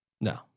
No